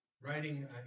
writing